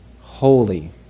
holy